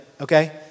okay